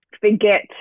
forget